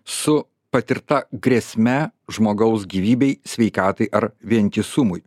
su patirta grėsme žmogaus gyvybei sveikatai ar vientisumui